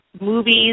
movies